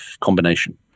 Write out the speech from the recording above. combination